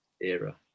era